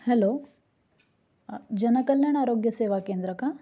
hello जनकल्याण आरोग्य सेवा केंद्र का